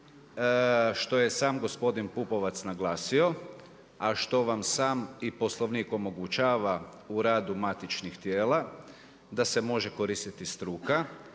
što je sam gospodin Pupovac naglasio a što vam sam i sam Poslovnik omogućava u radu matičnih tijela da se može koristiti struka,